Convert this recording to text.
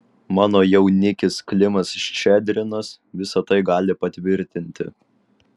mano jaunikis klimas ščedrinas visa tai gali patvirtinti